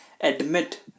admit